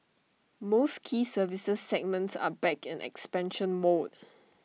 most key services segments are back in expansion mode